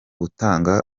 gutanga